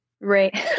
right